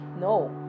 No